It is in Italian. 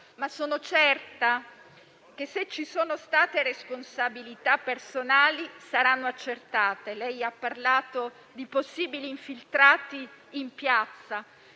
Ma sono certa che, se ci sono state delle responsabilità personali, queste saranno accertate. Lei ha parlato di possibili infiltrati in piazza